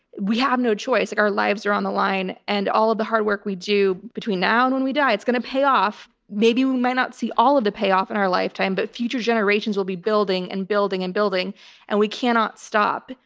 we have no choice. like our lives are on the line and all of the hard work we do between now and when we die, it's gonna pay off. maybe we might not see all of the payoff in our lifetime, but future generations will be building and building and building and we cannot stop.